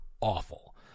awful